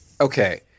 Okay